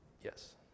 yes